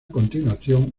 continuación